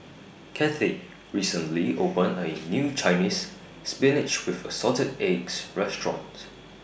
Kathey recently opened A New Chinese Spinach with Assorted Eggs Restaurant